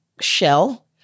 shell